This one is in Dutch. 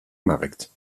markt